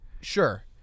Sure